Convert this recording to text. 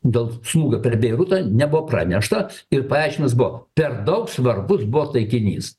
dėl smūgio per beirutą nebuvo pranešta ir paaiškinimas buvo per daug svarbus buvo taikinys